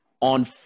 on